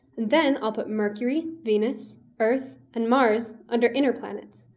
then i'll put mercury, venus, earth, and mars under inner planets.